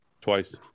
Twice